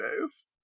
days